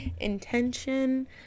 intention